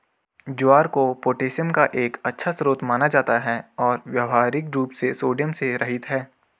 ज्वार को पोटेशियम का एक अच्छा स्रोत माना जाता है और व्यावहारिक रूप से सोडियम से रहित है